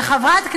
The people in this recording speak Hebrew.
וחברת כנסת,